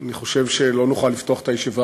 אני חושב שלא נוכל לפתוח את הישיבה